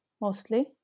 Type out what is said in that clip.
mostly